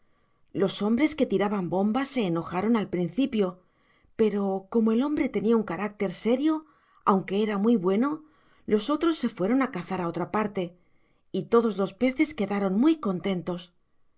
los hombres que tiraban bombas se enojaron al principio pero como el hombre tenía un carácter serio aunque era muy bueno los otros se fueron a cazar a otra parte y todos los peces quedaron muy contentos